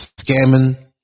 scamming